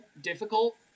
difficult